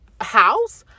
house